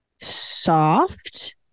soft